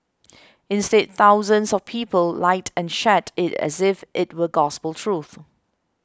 instead thousands of people liked and shared it as if it were gospel truth